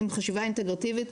עם חשיבה אינטגרטיבית,